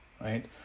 right